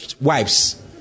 wives